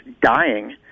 dying